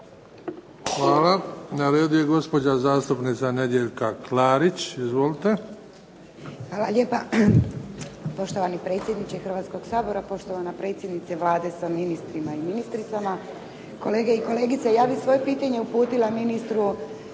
Hvala. Na redu je gospođa zastupnica Nedjeljka Klarić. Izvolite. **Klarić, Nedjeljka (HDZ)** Hvala lijepa. Poštovani predsjedniče Hrvatskog sabora, poštovana predsjednice Vlade sa ministrima i ministricama, kolege i kolegice. Ja bih svoje pitanje uputila ministru zdravstva